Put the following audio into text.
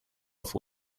off